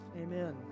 amen